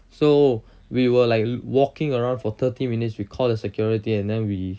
so we were like walking around for thirty minutes we called the security and then we